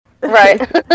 Right